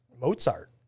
Mozart